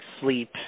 sleep